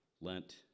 Lent